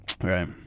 right